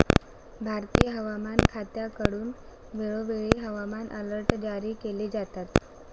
भारतीय हवामान खात्याकडून वेळोवेळी हवामान अलर्ट जारी केले जातात